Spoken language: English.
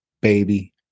baby